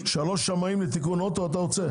שלושה שמאים אתה רוצה?